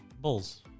Bulls